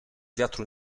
wiatru